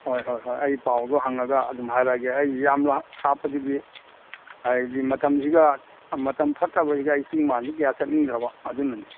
ꯍꯣꯏ ꯍꯣꯏ ꯍꯣꯏ ꯑꯩ ꯄꯥꯎꯗꯨ ꯍꯪꯉꯒ ꯑꯗꯨꯝ ꯍꯥꯏꯔꯛꯑꯒꯦ ꯑꯩ ꯌꯥꯝꯅ ꯊꯥꯞꯄꯗꯨꯗꯤ ꯍꯥꯏꯕꯗꯤ ꯃꯇꯝꯁꯤꯒ ꯃꯇꯝ ꯐꯠꯇꯕꯁꯤꯒ ꯑꯩ ꯆꯤꯡ ꯃꯥꯟꯁꯤ ꯀꯌꯥ ꯆꯠꯅꯤꯡꯗ꯭ꯔꯥꯕ ꯑꯗꯨꯅꯅꯤ